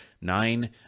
nine